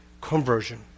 conversion